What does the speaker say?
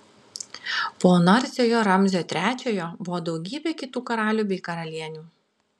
po narsiojo ramzio trečiojo buvo daugybė kitų karalių bei karalienių